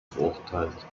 verurteilt